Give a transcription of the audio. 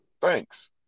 thanks